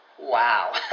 wow